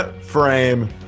frame